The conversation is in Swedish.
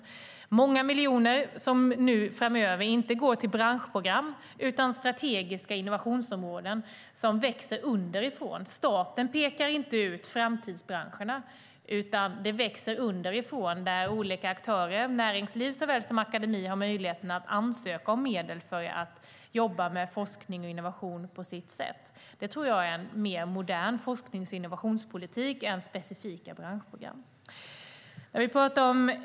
Det är många miljoner som nu framöver inte ska gå till branschprogram utan till strategiska innovationsområden som växer underifrån. Staten pekar inte ut framtidsbranscherna, utan de växer underifrån där olika aktörer - såväl näringsliv som akademi - har möjlighet att ansöka om medel för att jobba med forskning och innovationer på sitt sätt. Det tror jag är en mer modern forsknings och innovationspolitik än specifika branschprogram.